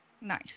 Nice